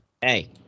Hey